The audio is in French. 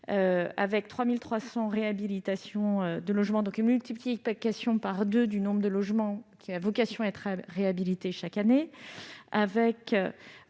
avec 3 300 réhabilitations de logements- cela représente une multiplication par deux du nombre de logements ayant vocation à être réhabilités chaque année